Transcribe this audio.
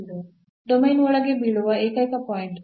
domain ಒಳಗೆ ಬೀಳುವ ಏಕೈಕ ಪಾಯಿಂಟ್ ಇದು